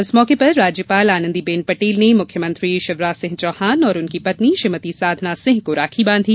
इस मौके पर राज्यपाल आनंदी बेन पटेल ने मुख्यमंत्री श्री शिवराज सिंह चौहान और उनकी पत्नी श्रीमती साधना सिंह को राखी बांधी